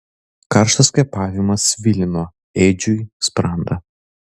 karštas kvėpavimas svilino edžiui sprandą